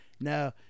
No